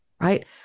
right